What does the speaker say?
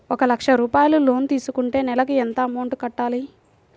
ఒక లక్ష రూపాయిలు లోన్ తీసుకుంటే నెలకి ఎంత అమౌంట్ కట్టాలి?